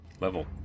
level